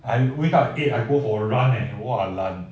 I wake up at eight I go for a run and !wahlan!